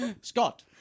Scott